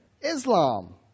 Islam